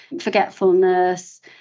forgetfulness